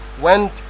went